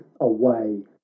away